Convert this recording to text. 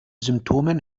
symptomen